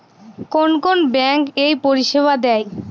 কোন কোন ব্যাঙ্ক এই পরিষেবা দেয়?